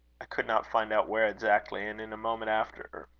i could not find out where exactly and in a moment after,